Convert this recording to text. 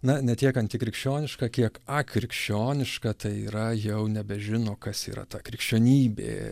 na ne tiek antikrikščioniška kiek akrikščioniška tai yra jau nebežino kas yra ta krikščionybė